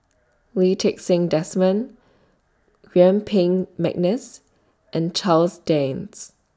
Lee Ti Seng Desmond Yuen Peng Mcneice and Charles Dyce